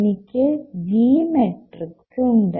എനിക്ക് G metrics ഉണ്ട്